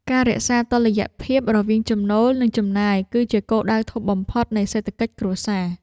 ការរក្សាតុល្យភាពរវាងចំណូល និងចំណាយ គឺជាគោលដៅធំបំផុតនៃសេដ្ឋកិច្ចគ្រួសារ។